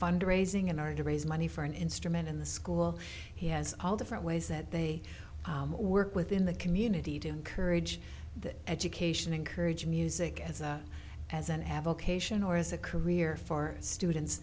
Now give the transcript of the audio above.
fund raising in order to raise money for an instrument in the school he has all different ways that they work within the community to encourage the education encourage music as a as an avocation or as a career for students